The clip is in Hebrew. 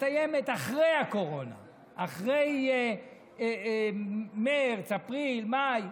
מסתיימת אחרי הקורונה, אחרי מרץ, אפריל, מאי.